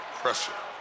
pressure